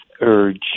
urge